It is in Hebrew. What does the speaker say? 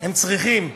הם צריכים.